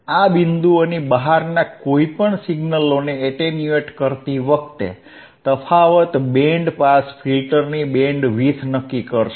આ બિંદુઓની બહારના કોઈપણ સિગ્નલોને અટેન્યુએટ કરતી વખતે તફાવત બેન્ડ પાસ ફિલ્ટરની બેન્ડવિડથ નક્કી કરશે